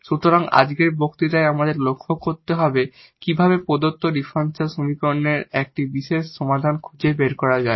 সুতরাং আজকের বক্তৃতায় আমাদের লক্ষ্য হবে কিভাবে প্রদত্ত ডিফারেনশিয়াল সমীকরণের একটি পার্টিকুলার সমাধান খুঁজে বের করা যায়